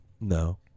No